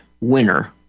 winner